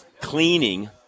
cleaning